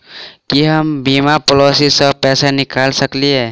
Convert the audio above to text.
की हम बीमा पॉलिसी सऽ पैसा निकाल सकलिये?